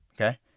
Okay